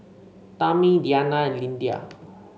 Tammi Deanna and Lyndia